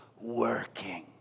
working